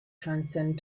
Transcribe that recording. transcend